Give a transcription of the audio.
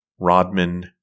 Rodman